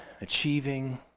achieving